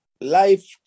life